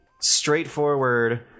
straightforward